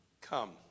come